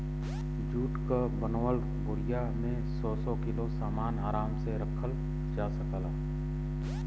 जुट क बनल बोरिया में सौ सौ किलो सामन आराम से रख सकल जाला